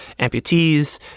amputees